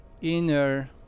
inner